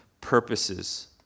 purposes